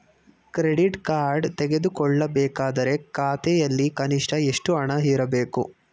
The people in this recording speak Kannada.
ಕ್ರೆಡಿಟ್ ಕಾರ್ಡ್ ತೆಗೆದುಕೊಳ್ಳಬೇಕಾದರೆ ಖಾತೆಯಲ್ಲಿ ಕನಿಷ್ಠ ಎಷ್ಟು ಹಣ ಇರಬೇಕು?